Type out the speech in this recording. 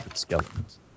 Skeletons